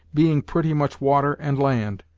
being pretty much water and land,